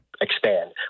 expand